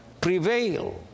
prevail